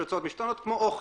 יש הוצאות משתנות כמו אוכל,